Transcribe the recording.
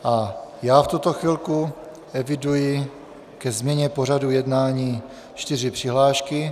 V tuto chvilku eviduji ke změně pořadu jednání čtyři přihlášky.